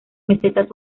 mesetas